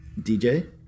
DJ